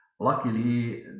Luckily